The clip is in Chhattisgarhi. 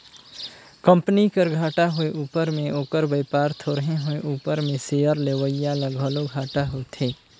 कंपनी कर घाटा होए उपर में ओकर बयपार थोरहें होए उपर में सेयर लेवईया ल घलो घाटा होथे